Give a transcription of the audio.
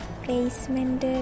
placement